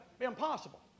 impossible